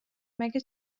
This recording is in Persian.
مگه